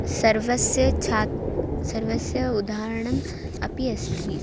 सर्वस्य छात्रः सर्वस्य उदाहरणम् अपि अस्ति